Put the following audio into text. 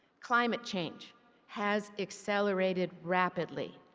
climate change has accelerated rapidly.